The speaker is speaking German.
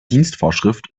dienstvorschrift